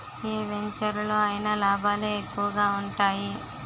ఏ వెంచెరులో అయినా లాభాలే ఎక్కువగా ఉంటాయి